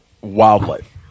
wildlife